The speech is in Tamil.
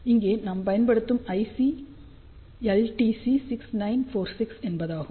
இங்கே நாம் பயன்படுத்தும் ஐசி LTC6946 என்பதாகும்